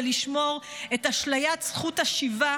סיוע,